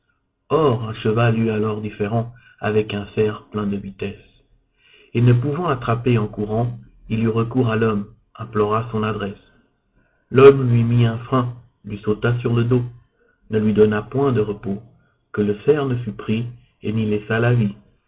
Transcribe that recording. un cheval eut alors différend avec un cerf plein de vitesse et ne pouvant l'attraper en courant il eut recours à l'homme implora son adresse l'homme lui mit un frein lui sauta sur le dos ne lui donna point de repos que le cerf ne fût pris et n'y laissât la vie